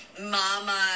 mama